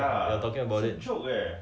like in her shoes